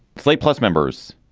slate plus members,